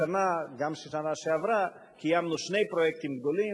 השנה, גם בשנה שעברה, קיימנו שני פרויקטים גדולים.